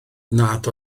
nad